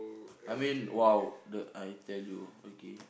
I mean !wow! the I tell you okay